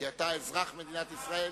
כי אתה אזרח מדינת ישראל.